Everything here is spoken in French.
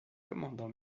commandant